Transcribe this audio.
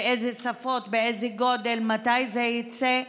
באילו שפות, באיזה גודל ומתי זה יצא?